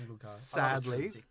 Sadly